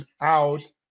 out